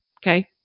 okay